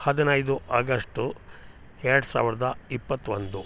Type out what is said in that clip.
ಹದಿನೈದು ಆಗಸ್ಟು ಎರಡು ಸಾವಿರದ ಇಪ್ಪತ್ತೊಂದು